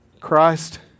Christ